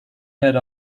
her